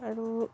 আৰু